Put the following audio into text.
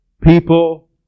People